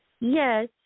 Yes